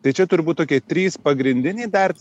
tai čia turbūt tokie trys pagrindiniai dar